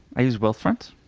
i use wealthfront.